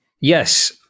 Yes